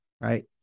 right